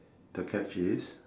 the catch is